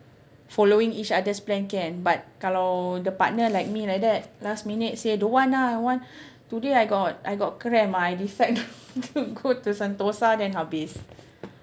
following each other's plan can but kalau the partner like me like that last minute say don't want ah I want today I got I got cramp ah I decide not to go to Sentosa then habis